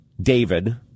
David